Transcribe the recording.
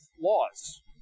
laws